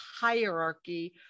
hierarchy